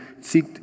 seek